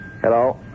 Hello